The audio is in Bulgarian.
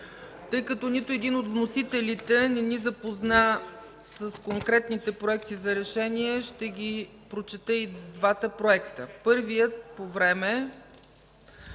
Тъй като нито един от вносителите не ни запозна с конкретните проекти за решение, ще ги прочета и двата. Първият по време,